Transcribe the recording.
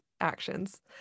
actions